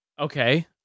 Okay